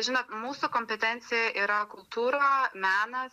žinot mūsų kompetencijoj yra kultūra menas